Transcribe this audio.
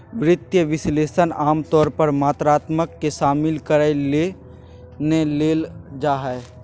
वित्तीय विश्लेषक आमतौर पर मात्रात्मक के शामिल करय ले नै लेल जा हइ